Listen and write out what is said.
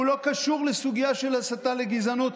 הוא לא קשור לסוגיה של הסתה לגזענות.